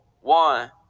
one